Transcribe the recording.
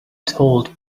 told